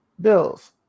Bills